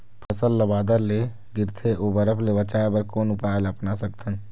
फसल ला बादर ले गिरथे ओ बरफ ले बचाए बर कोन उपाय ला अपना सकथन?